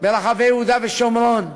ברחבי יהודה ושומרון.